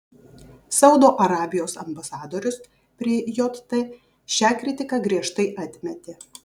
saudo arabijos ambasadorius prie jt šią kritiką griežtai atmetė